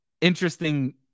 interesting